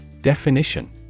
Definition